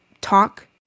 talk